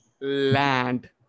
land